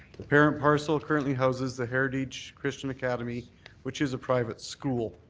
the parent parcel currently houses the heritage christian academy which is a private school.